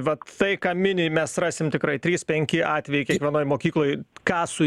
vat tai ką mini mes rasim tikrai trys penki atvejai kiekvienoj mokykloj ką su